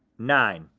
nine.